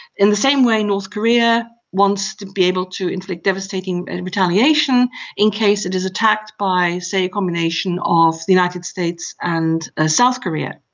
in the same way, north korea wants to be able to inflict devastating and retaliation in case it is attacked by, say, a combination of the united states and ah south korea.